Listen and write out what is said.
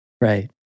Right